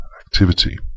activity